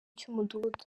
cy’umudugudu